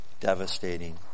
devastating